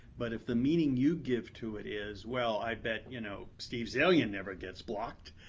but if the meaning you give to it is, well, i bet you know steve zaillian never gets blocked.